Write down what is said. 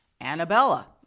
Annabella